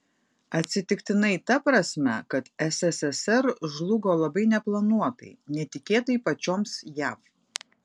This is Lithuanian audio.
atsitiktinai ta prasme kad sssr žlugo labai neplanuotai netikėtai pačioms jav